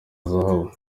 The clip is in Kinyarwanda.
zahabu